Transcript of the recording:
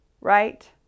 right